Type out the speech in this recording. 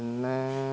പിന്നേ